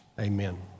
amen